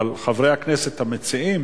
אבל חברי הכנסת המציעים